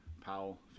Powell